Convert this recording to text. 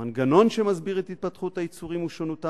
המנגנון שמסביר את התפתחות היצורים ושונותם